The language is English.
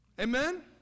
amen